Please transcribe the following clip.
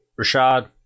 Rashad